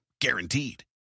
Guaranteed